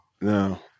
No